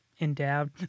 endowed